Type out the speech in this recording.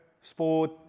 sport